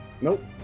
Nope